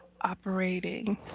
operating